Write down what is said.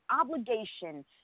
obligation